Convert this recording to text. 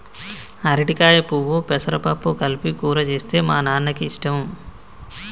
అరటికాయ పువ్వు పెసరపప్పు కలిపి కూర చేస్తే మా నాన్నకి ఇష్టం